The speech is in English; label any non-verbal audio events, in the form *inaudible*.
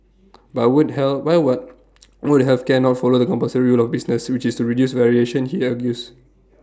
but would help by what *noise* would health care not follow the compulsory rule of business which is to reduce variation he argues